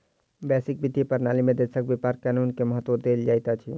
वैश्विक वित्तीय प्रणाली में देशक व्यापार कानून के महत्त्व देल जाइत अछि